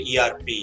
ERP